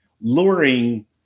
luring